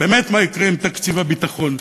באמת מה יקרה עם תקציב הביטחון?